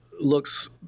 looks